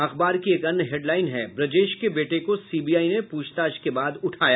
अखबार की एक अन्य हैड लाईन है ब्रजेश के बेटे को सीबीआई ने पूछताछ के बाद उठाया